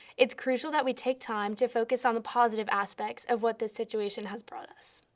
it's crucial that we take time to focus on the positive aspects of what this situation has brought us.